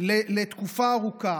לתקופה ארוכה.